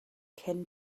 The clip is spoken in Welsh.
cyn